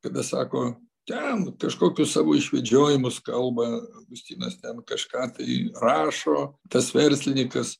kada sako ten kažkokius savo išvedžiojimus kalba augustinas ten kažką tai rašo tas verslininkas